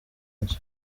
nzu